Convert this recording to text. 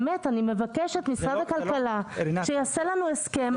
אני מבקשת ממשרד הכלכלה שיעשה לנו הסכם.